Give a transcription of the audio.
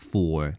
Four